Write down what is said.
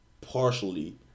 partially